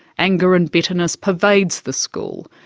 anger and bitterness pervades the school,